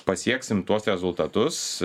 pasieksim tuos rezultatus